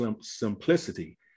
simplicity